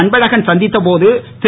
அன்பழகன் சந்தித்த போது திரு